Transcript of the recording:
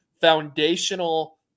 foundational